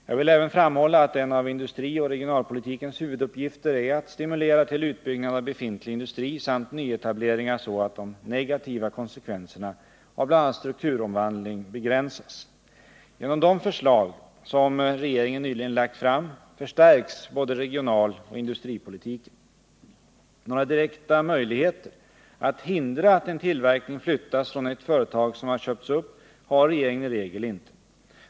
Jag vill även framhålla att en av industrioch regionalpolitikens huvuduppgifter är att stimulera till utbyggnad av befintlig industri samt nyetableringar så att de negativa konsekvenserna av bl.a. en strukturomvandling begränsas. Genom de förslag som regeringen nyligen lagt fram förstärks både regionaloch industripolitiken. Några direkta möjligheter att hindra att en tillverkning flyttas från ett företag som har köpts upp har regeringen i regel inte.